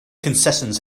concessions